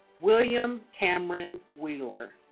william kameron wheeler